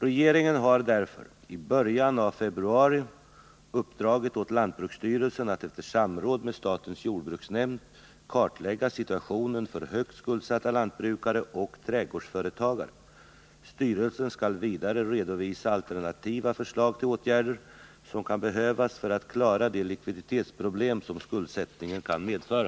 Regeringen har därför i början av februari uppdragit åt lantbruksstyrelsen att, efter samråd med statens jordbruksnämnd, kartlägga situationen för högt skuldsatta lantbrukare och trädgårdsföretagare. Styrelsen skall vidare redovisa alternativa förslag till åtgärder, som kan behövas för att klara de likviditetsproblem som skuldsättningen kan medföra.